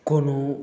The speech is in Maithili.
कोनो